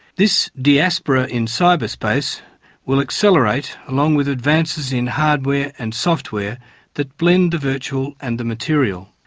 this diaspora in cyberspace will accelerate along with advances in hardware and software that blend the virtual and the material.